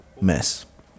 Mess